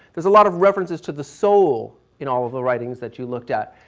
there's a lot of references to the soul in all of the writings that you looked at.